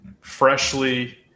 Freshly